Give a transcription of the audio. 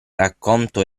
racconto